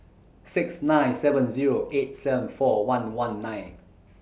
six nine seven Zero eight seven four one one nine